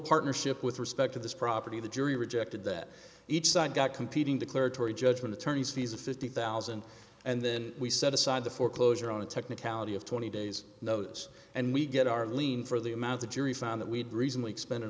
partnership with respect to this property the jury rejected that each side got competing declaratory judgment attorneys fees of fifty thousand and then we set aside the foreclosure on a technicality of twenty days notice and we get our lien for the amount the jury found that we had recently expended